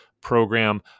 program